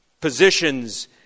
positions